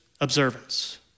observance